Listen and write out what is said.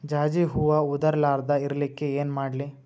ಜಾಜಿ ಹೂವ ಉದರ್ ಲಾರದ ಇರಲಿಕ್ಕಿ ಏನ ಮಾಡ್ಲಿ?